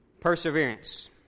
Perseverance